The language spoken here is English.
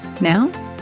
now